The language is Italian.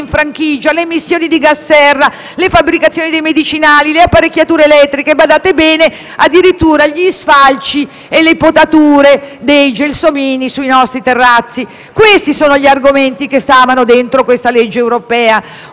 in franchigia, le emissioni di gas serra, la fabbricazione dei medicinali, le apparecchiature elettriche e, badate bene, addirittura gli sfalci e le potature dei gelsomini sui nostri terrazzi. Questi sono gli argomenti che stanno dentro questa legge europea,